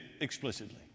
explicitly